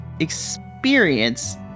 Experience